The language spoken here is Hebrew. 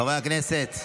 חברי הכנסת,